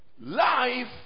Life